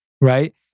right